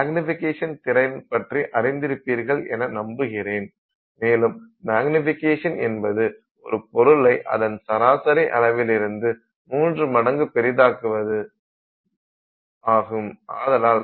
magnification திறன் பற்றி அறிந்திருப்பீர்கள் என நம்புகிறேன் மேலும் மேக்னிபிகேஷன் என்பது ஒரு பொருளை அதன் சராசரி அளவில் இருந்து மூன்று மடங்கு பெரிதாக்குவது 3x மேக்னிபிகேஷன் ஆகும்